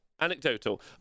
anecdotal